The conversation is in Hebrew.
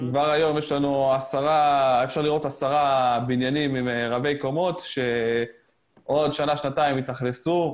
כבר היום אפשר לראות 10 בניינים רבי קומות שעוד שנה-שנתיים יתאכלסו.